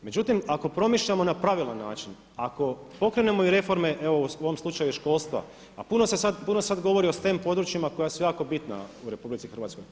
Međutim, ako promišljamo na pravilan način, ako pokrenemo i reforme evo u ovom slučaju školstva, a puno se sad govori o stem područjima koja su jako bitna u RH.